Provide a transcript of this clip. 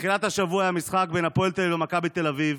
בתחילת השבוע היה משחק בין הפועל תל אביב למכבי תל אביב.